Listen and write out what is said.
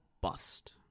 bust